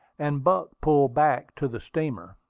and buck pulled back to the steamer.